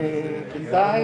מירב,